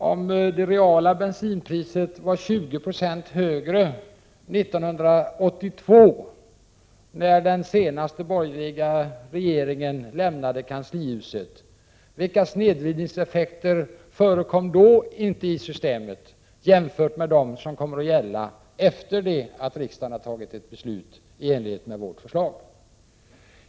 Om det reala bensinpriset var 20 90 högre 1982, när den senaste borgerliga regeringen lämnade kanslihuset, vilka snedvridningseffekter förekom då i systemet jämfört med dem som kommer att gälla efter ett riksdagsbeslut i enlighet med vårt förslag, Rolf Clarkson?